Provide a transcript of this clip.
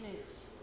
news